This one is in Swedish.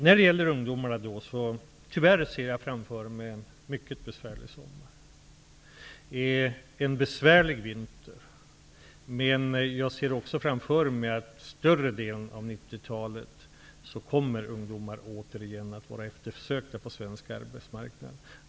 När det gäller ungdomarna ser jag tyvärr framför mig en mycket besvärlig sommar, en besvärlig vinter, men jag ser också framför mig att ungdomar under 90-talet återigen kommer att var eftersökta på svensk arbetsmarknad.